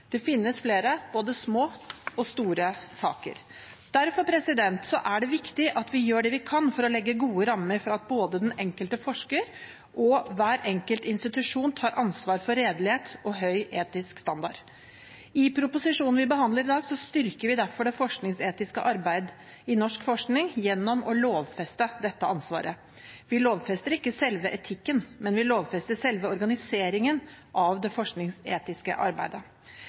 Det finnes flere, både små og store saker. Derfor er det viktig at vi gjør det vi kan for å legge gode rammer for at både den enkelte forsker og hver enkelt institusjon tar ansvar for redelighet og høy etisk standard. I proposisjonen vi behandler i dag, styrker vi derfor det forskningsetiske arbeidet i norsk forskning gjennom å lovfeste dette ansvaret. Vi lovfester ikke selve etikken, men vi lovfester selve organiseringen av det forskningsetiske arbeidet.